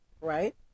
Right